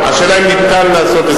השאלה אם אפשר לעשות את זה.